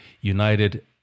United